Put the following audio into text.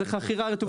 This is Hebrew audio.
זאת חכירה.